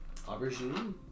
Aubergine